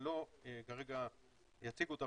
אני לא כרגע אציג אותה,